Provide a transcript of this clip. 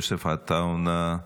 יוסף עטאונה,